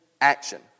action